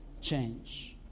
change